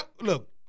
look